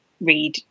read